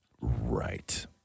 right